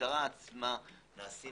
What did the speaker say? במשטרה נעשים